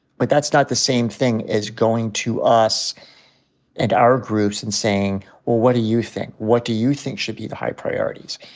but that's not the same thing as going to us and our groups and saying, well, what do you think? what do you think should should be the high priorities?